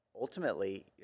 ultimately